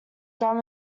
gum